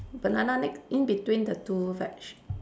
banana ne~ in between the two veg